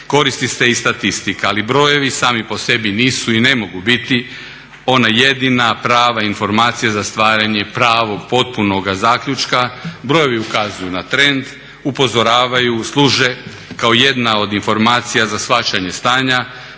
koristi se i statistika. Ali brojevi sami po sebi nisu i ne mogu biti ona jedina prava informacija za stvaranje pravog, potpunoga zaključka. Brojevi ukazuju na trend, upozoravaju, služe kao jedna od informacija za shvaćanje stanja,